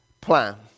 plan